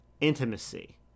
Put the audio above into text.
intimacy